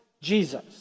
Jesus